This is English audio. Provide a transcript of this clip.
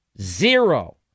Zero